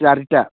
ଚାରିଟା